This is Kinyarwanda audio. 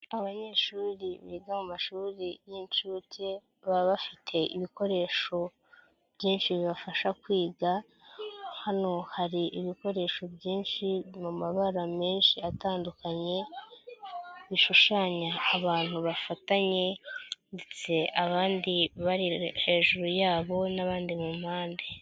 Abanyeshuri biga mu mashuri y'inshuke baba bafite ibikoresho byinshi bibafasha kwiga hano hari ibikoresho byinshi mu mabara menshi atandukanye bishushanya abantu bafatanye ndetse abandi bari hejuru yabo n'abandi mu mpande.